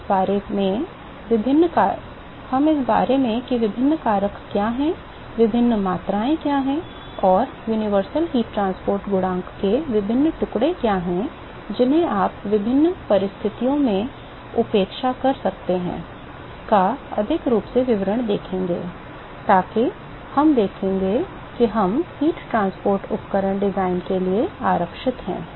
हम इस बारे में कि विभिन्न कारक क्या हैं विभिन्न मात्राएँ क्या हैं और यूनिवर्सल हीट ट्रांसपोर्ट गुणांक के विभिन्न टुकड़े क्या हैं जिन्हें आप विभिन्न परिस्थितियों में उपेक्षा कर सकते हैं का बहुत अधिक विवरण देखेंगे ताकि हम देखेंगे कि हम हीट ट्रांसपोर्ट उपकरण डिजाइन के लिए आरक्षित हैं